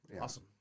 awesome